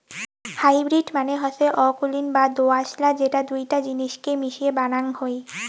hybrid মানে হসে অকুলীন বা দোআঁশলা যেটা দুইটা জিনিসকে মিশিয়ে বানাং হই